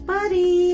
Buddy